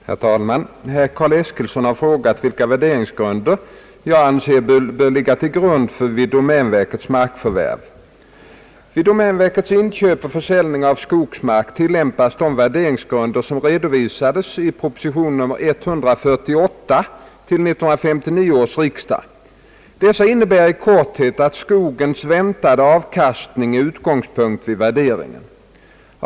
jordbruksdepartementet, herr . statsrådet HOLMQVIST, som yttrade: :- Herr talman! Herr Dahlgren har :frågat om jag anser att domänverket bör delta i anbudsgivning på: jordbruksoch skogsfastigheter med anbud . som kraftigt överstiger en av lantbruksnämnd företagen aktuell och sakkunnig värdering av fastigheterna. Herr Dahlgren har vidare frågat vilka följder jag anser att detta kan få på dels enskilda personers möjligheter att kunna konkurrera om de mest begärliga fastigheterna, dels den allmänna prisnivån på jordbruksoch skogsbruksfastigheter. Vid domänverkets inköp och försäljning av skogsmark tillämpas de värderingsgrunder som redovisas i proposition nr 148 till 1959 års riksdag. Dessainnebär i korthet att skogens väntade avkastning är utgångspunkt vid värderingen.